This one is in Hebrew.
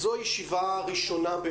זאת ישיבה ראשונה של